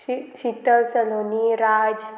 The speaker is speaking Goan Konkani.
शितल सलोनी राज